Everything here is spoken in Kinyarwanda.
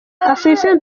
afrifame